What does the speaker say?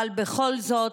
בכל זאת,